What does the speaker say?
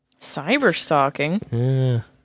Cyberstalking